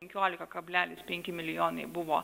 penkiolika kablelis penki milijonai buvo